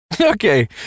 Okay